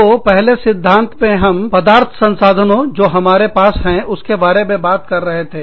तो पहले सिद्धांत में हम पदार्थों संसाधनों जो हमारे पास है उसके बारे में बात कर रहे थे